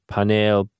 Panel